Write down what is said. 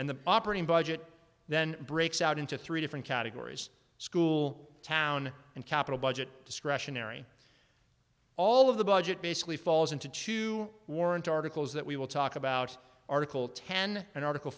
and the operating budget then breaks out into three different categories school town and capital budget discretionary all of the budget basically falls into two warrant articles that we will talk about article ten and article